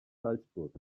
salzburg